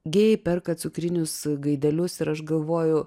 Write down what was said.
gėjai perka cukrinius gaidelius ir aš galvoju